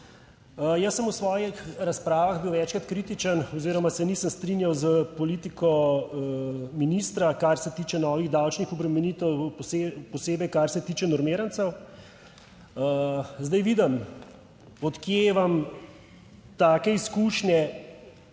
Jaz sem v svojih razpravah bil večkrat kritičen oziroma se nisem strinjal s politiko ministra, kar se tiče novih davčnih obremenitev, posebej kar se tiče normirancev. Zdaj vidim, od kje vam take izkušnje?